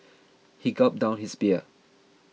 he gulped down his beer